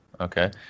Okay